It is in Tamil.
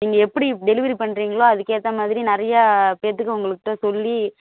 நீங்கள் எப்படி டெலிவரி பண்ணுறீங்களோ அதுக்கேற்ற மாதிரி நிறையா பேர்த்துக்கு உங்களுக்கிட்டே சொல்லி